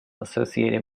associated